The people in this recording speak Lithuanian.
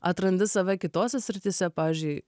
atrandi save kitose srityse pavyzdžiui